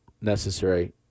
necessary